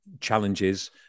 challenges